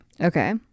Okay